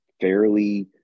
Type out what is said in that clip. fairly